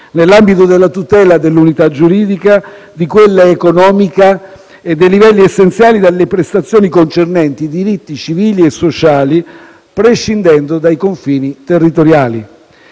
nell'ambito della tutela dell'unità giuridica, di quella economica e dei livelli essenziali delle prestazioni concernenti i diritti civili e sociali, prescindendo dai confini territoriali.